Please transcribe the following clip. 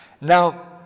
Now